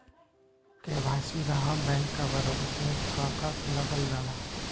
KYC रहा back cover और उसमें का का लागल जाला?